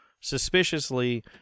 suspiciously